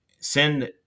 send